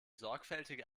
sorgfältige